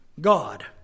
God